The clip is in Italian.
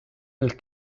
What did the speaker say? del